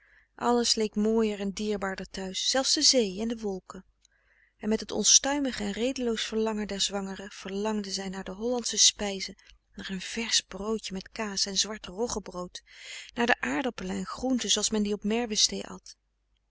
alles leek mooier en dierbaarder thuis zelfs de zee en de wolken en met het onstuimig en redeloos verlangen der zwangeren verlangde zij naar de hollandsche spijzen naar een versch broodje met kaas en zwart roggebrood naar de aardappelen en groenten zooals men die op merwestee at